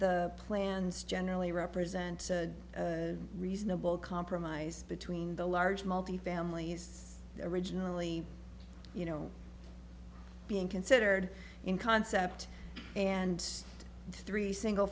the plans generally represent a reasonable compromise between the large multifamily originally you know being considered in concept and three single